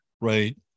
right